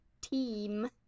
team